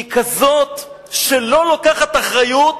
הן כאלה שלא לוקחות אחריות,